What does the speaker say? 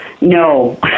No